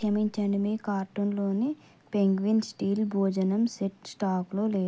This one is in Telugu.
క్షమించండి మీ కార్టూన్లోని పెంగ్విన్ స్టీల్ భోజనం సెట్ స్టాక్లో